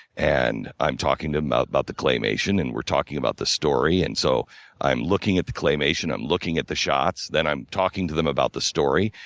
and i'm talking to him about about the claymation and we're talking about the story and so i'm looking at the claymation, i'm looking at the shots. then i'm talking to them about the story.